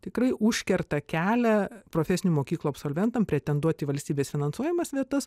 tikrai užkerta kelią profesinių mokyklų absolventam pretenduoti į valstybės finansuojamas vietas